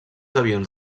avions